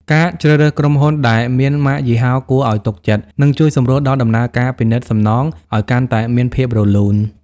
ការជ្រើសរើសក្រុមហ៊ុនដែលមាន ម៉ាកយីហោគួរឱ្យទុកចិត្ត នឹងជួយសម្រួលដល់ដំណើរការពិនិត្យសំណងឱ្យកាន់តែមានភាពរលូន។